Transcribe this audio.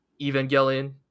Evangelion